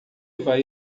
vai